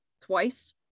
twice